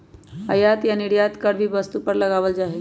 आयात या निर्यात कर भी वस्तु पर लगावल जा हई